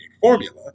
formula